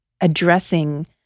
addressing